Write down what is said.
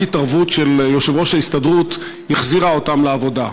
רק התערבות של יושב-ראש ההסתדרות החזירה אותם לעבודה.